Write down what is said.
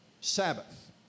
Sabbath